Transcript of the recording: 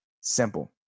simple